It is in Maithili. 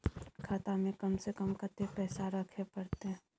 खाता में कम से कम कत्ते पैसा रखे परतै?